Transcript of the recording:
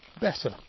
better